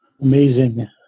Amazing